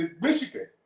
Michigan